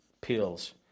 pills